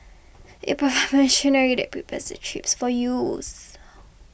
it provides machinery that prepares the chips for use